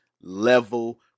level